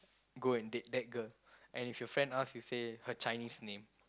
go and date that girl and if your friend ask you say her Chinese name